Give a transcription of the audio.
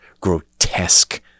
grotesque